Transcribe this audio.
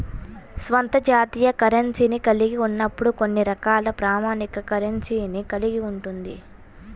స్వంత జాతీయ కరెన్సీని కలిగి ఉన్నప్పుడు కొన్ని రకాల ప్రామాణిక కరెన్సీని కలిగి ఉంటది